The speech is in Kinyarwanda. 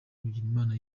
bigirimana